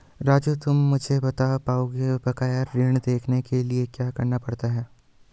राजू तुम मुझे बता पाओगे बकाया ऋण देखने के लिए क्या करना पड़ता है?